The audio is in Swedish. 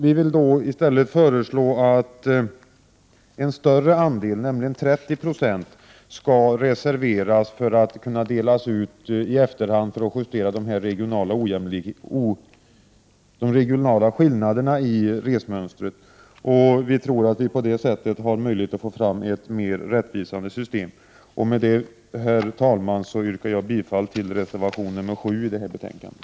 Vi har i stället föreslagit att en större andel, nämligen 30 96, skall reserveras för att kunna delas ut i efterhand för att justera de regionala skillnaderna i resmönstret. Vi tror att vi på det sättet har möjlighet att få fram ett mer rättvist system. Herr talman! Med detta yrkar jag bifall till reservation 7 till betänkandet.